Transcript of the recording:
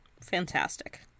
Fantastic